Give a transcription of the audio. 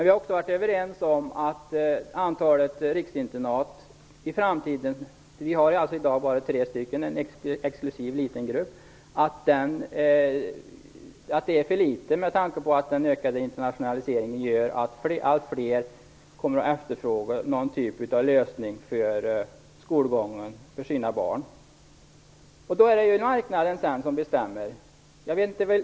Vi har ju varit överens om att antalet riksinternat i framtiden - i dag är det ju bara fråga om en exklusiv grupp om tre stycken - blir för litet med tanke på att den ökande internationaliseringen gör att allt fler kommer att efterfråga en viss typ av lösning för sina barns skolgång. Sedan är det marknaden som bestämmer.